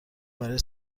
برای